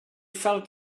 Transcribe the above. felt